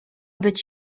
być